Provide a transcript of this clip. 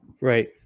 Right